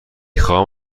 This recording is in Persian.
خواهم